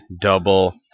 double